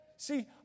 See